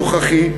הנוכחי,